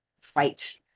fight